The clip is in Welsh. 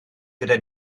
gyda